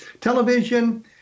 television